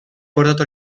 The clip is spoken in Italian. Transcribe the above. portato